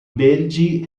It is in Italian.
belgi